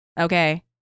Okay